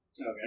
Okay